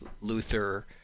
Luther